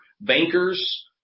bankers